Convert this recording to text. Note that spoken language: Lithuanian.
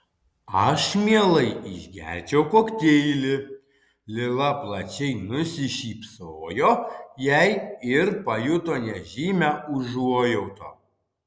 aš mielai išgerčiau kokteilį lila plačiai nusišypsojo jai ir pajuto nežymią užuojautą